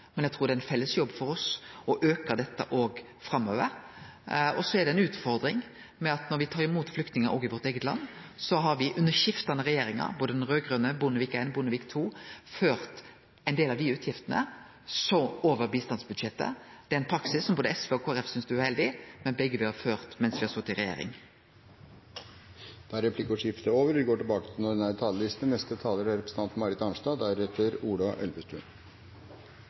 men eg trur det er ein felles jobb for oss å auke dette òg framover. Så er det ei utfordring med at når me tar imot flyktningar i vårt eige land, har me under skiftande regjeringar – både den raud-grøne, Bondevik I og Bondevik II – ført ein del av dei utgiftene over på bistandsbudsjettet. Det er ein praksis som både SV og Kristeleg Folkeparti synest er uheldig, men som begge har hatt mens me har sete i regjering. Replikkordskiftet er omme. Flyktningsituasjonen i Syria og omkringliggende land er svært alvorlig. Store deler av befolkningen er